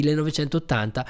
1980